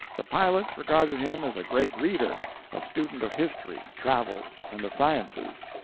the pilots regarded him as a great reader a student of history, travels, and the sciences.